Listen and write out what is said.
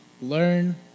learn